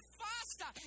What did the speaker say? faster